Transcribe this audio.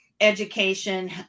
education